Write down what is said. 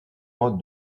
mode